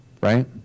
right